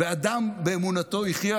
ואדם באמונתו יחיה.